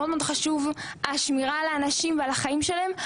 מאוד חשוב השמירה על האנשים והחיים שלהם,